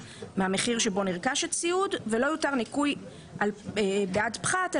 מהמחיר שבו נרכש הציוד ולא יוּתר ניכוי בעד פחת על